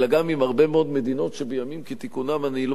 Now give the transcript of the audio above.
אלא גם עם הרבה מאוד מדינות שבימים כתיקונם אני לא